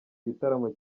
igitaramo